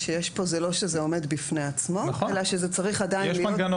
זה לא שזה עומד בפני עצמו אלא שזה צריך עדיין